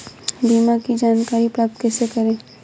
बीमा की जानकारी प्राप्त कैसे करें?